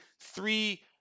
three